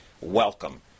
Welcome